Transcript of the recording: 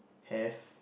have